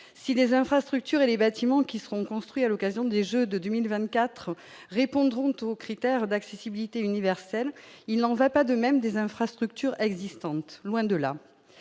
si les infrastructures et les bâtiments qui seront construits à l'occasion des Jeux de 2024 répondre aux critères d'accessibilité universelle, il n'en va pas de même des infrastructures existantes, loin de là,